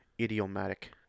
idiomatic